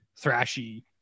thrashy